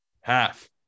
half